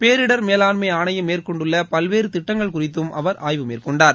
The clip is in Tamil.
பேரிடர் மேவாண்மை ஆணையம் மேற்கொண்டுள்ள பல்வேறு திட்டங்கள் குறித்தும் அவர் ஆய்வு மேற்கொண்டார்